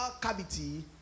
cavity